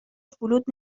فلوت